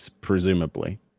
presumably